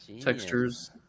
textures